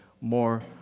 more